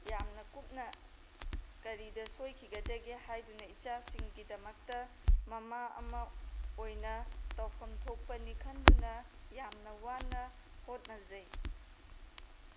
ꯌꯥꯝꯅ ꯀꯨꯞꯅ ꯀꯔꯤꯗ ꯁꯣꯏꯈꯤꯒꯗꯒꯦ ꯍꯥꯏꯗꯨꯅ ꯏꯆꯥꯁꯤꯡꯒꯤꯗꯃꯛꯇ ꯃꯃꯥ ꯑꯃ ꯑꯣꯏꯅ ꯇꯧꯐꯝ ꯊꯣꯛꯄꯅꯦ ꯈꯟꯗꯨꯅ ꯌꯥꯝꯅ ꯋꯥꯅ ꯍꯣꯠꯅꯖꯩ